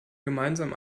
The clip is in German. gemeinsam